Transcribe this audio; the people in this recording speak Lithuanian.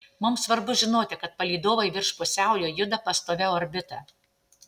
mums svarbu žinoti kad palydovai virš pusiaujo juda pastovia orbita